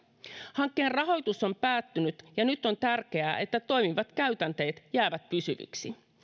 hankkeen rahoitus on päättynyt ja nyt on tärkeää että toimivat käytänteet jäävät pysyviksi